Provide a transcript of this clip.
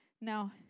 Now